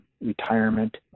retirement